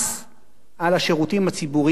על השירותים הציבוריים, על הלטרינות,